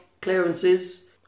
clearances